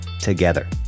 together